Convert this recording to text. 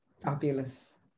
Fabulous